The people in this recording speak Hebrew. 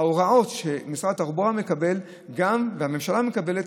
ההוראות שמשרד התחבורה מקבל והממשלה מקבלת